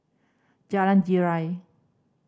Jalan Girang